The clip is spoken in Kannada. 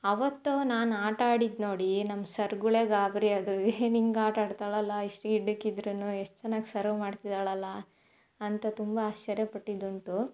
ಆವತ್ತು ನಾನು ಆಟಾಡಿದ್ದು ನೋಡಿ ನಮ್ಮ ಸರ್ಗಳೇ ಗಾಬರಿಯಾದ್ರು ಏನು ಹಿಂಗ್ ಆಟಾಡ್ತಾಳಲ್ಲ ಇಷ್ಟು ಗಿಡ್ಡಕ್ಕಿದ್ರೂ ಎಷ್ಟು ಚೆನ್ನಾಗಿ ಸರ್ವ್ ಮಾಡ್ತಿದ್ದಾಳಲ್ಲ ಅಂತ ತುಂಬ ಆಶ್ಚರ್ಯ ಪಟ್ಟಿದ್ದುಂಟು